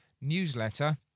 newsletter